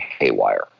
haywire